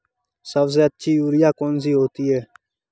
सबसे अच्छी यूरिया कौन सी होती है?